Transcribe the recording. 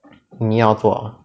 你要做